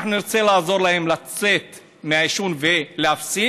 ואנחנו נרצה לעזור להם לצאת מהעישון ולהפסיק,